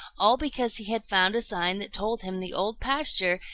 all because he had found a sign that told him the old pasture,